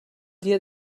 dia